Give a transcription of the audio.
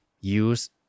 use